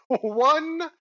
one